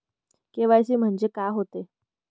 KYC म्हंनजे का होते?